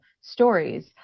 stories